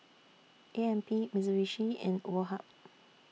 A M P Mitsubishi and Woh Hup